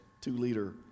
two-liter